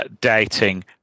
dating